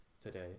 today